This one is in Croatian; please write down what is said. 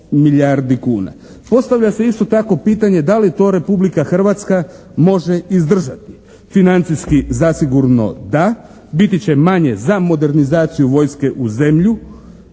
milijardi kuna. Postavlja se isto tako pitanje da li to Republika Hrvatska može izdržati. Financijski zasigurno da, biti će manje za modernizaciju vojske u zemlji,